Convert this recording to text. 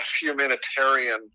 humanitarian